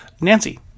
nancy